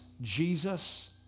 Jesus